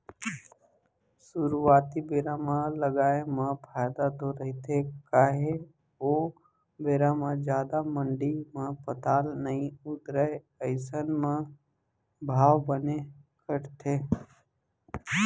सुरुवाती बेरा म लगाए म फायदा तो रहिथे काहे ओ बेरा म जादा मंडी म पताल नइ उतरय अइसन म भाव बने कटथे